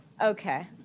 Okay